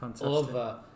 over